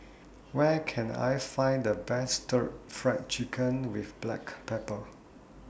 Where Can I Find The Best Stir Fry Chicken with Black Pepper